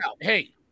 hey